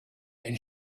and